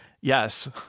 yes